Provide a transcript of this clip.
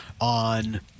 on